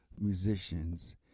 musicians